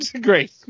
Great